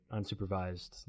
unsupervised